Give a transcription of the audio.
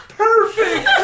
perfect